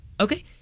Okay